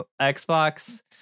Xbox